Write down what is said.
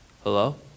Hello